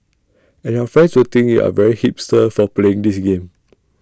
and your friends will think you are very hipster for playing this game